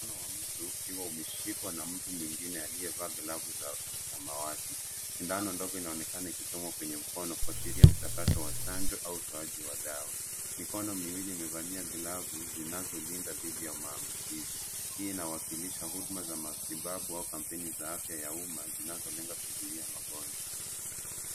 Mkono wa mtu ukiwa umeshikwa na mtu mwingine aliyevaa glavu za samawati. Sindano ndogo inaonekana ikichoma kwenye mkono, kuashiria mchakato wa chanjo au utoaji wa dawa. Mikono miwili imevalia glavu zinazolinda dhidi ya maambukizi. Hii inawakilisha huduma za matibabu au kampeni za afya ya uma zinazolenga kuzuia magonjwa.